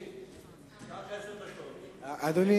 במים